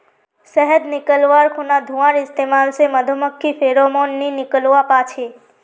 शहद निकाल्वार खुना धुंआर इस्तेमाल से मधुमाखी फेरोमोन नि निक्लुआ पाछे